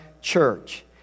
church